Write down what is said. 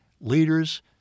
Leaders